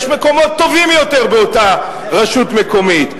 יש מקומות טובים יותר באותה רשות מקומית.